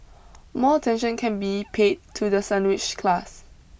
more attention can be paid to the sandwiched class